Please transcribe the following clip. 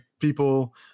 people